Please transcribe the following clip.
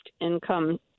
income